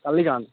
কালি কাৰণে